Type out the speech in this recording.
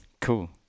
cool